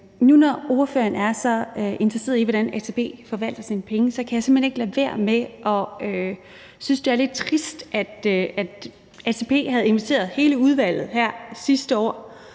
Nu, når ordføreren er så interesseret i, hvordan ATP forvalter sine penge, kan jeg simpelt hen ikke lade være med at sige, at jeg synes, det er lidt trist, at ATP havde inviteret hele udvalget til møde her